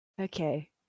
Okay